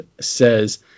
says